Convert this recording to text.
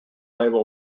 label